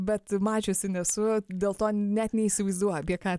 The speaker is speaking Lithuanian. bet mačiusi nesu dėl to net neįsivaizduoju apie ką